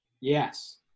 Yes